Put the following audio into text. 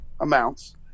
amounts